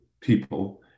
people